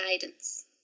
Guidance